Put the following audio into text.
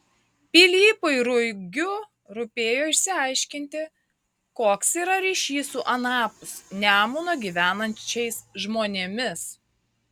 pilypui ruigiu rūpėjo išsiaiškinti koks yra ryšys su anapus nemuno gyvenančiais žmonėmis